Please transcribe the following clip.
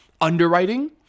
underwriting